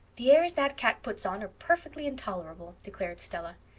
the airs that cat puts on are perfectly intolerable, declared stella.